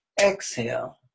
Exhale